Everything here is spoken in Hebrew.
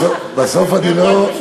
בסוף אני לא,